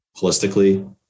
holistically